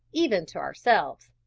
even to ourselves.